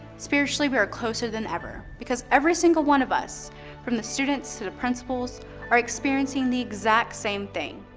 spiritually we're closer than ever because every single one of us from the students to the principals are experiencing the exact same thing.